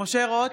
משה רוט,